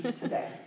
today